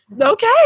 okay